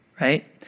right